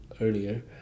earlier